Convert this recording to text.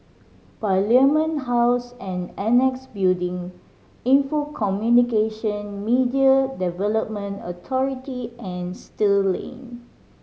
Parliament House and Annexe Building Info Communications Media Development Authority and Still Lane